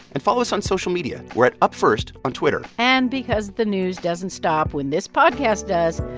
and follow us on social media. we're at upfirst on twitter and because the news doesn't stop when this podcast does,